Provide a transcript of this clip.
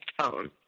phone